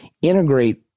integrate